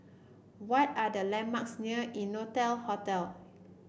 what are the landmarks near Innotel Hotel